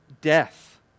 death